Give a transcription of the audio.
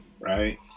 Right